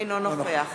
אינו נוכח